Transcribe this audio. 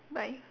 bye